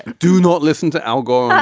do not listen to al gore.